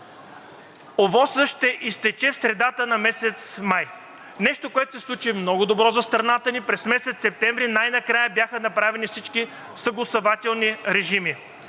среда ще изтече в средата на месец май. Нещо, което се случи много добро за страната ни – през месец септември най-накрая бяха направени всички съгласувателни режими,